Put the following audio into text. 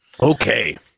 okay